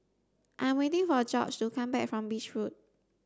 I'm waiting for Gorge to come back from Beach Road